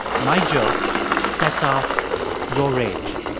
my joke sets off your rage.